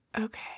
Okay